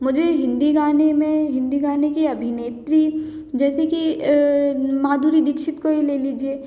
मुझे हिंदी गाने में हिंदी गाने के अभिनेत्री जैसे कि माधुरी दीक्षित को ही ले लीजिए